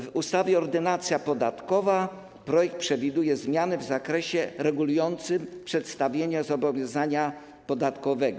W ustawie - Ordynacja podatkowa projekt przewiduje zmiany w zakresie regulującym przedstawienie zobowiązania podatkowego.